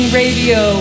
radio